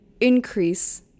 increase